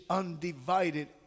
undivided